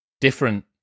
different